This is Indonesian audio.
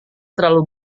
terlalu